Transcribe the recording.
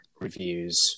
reviews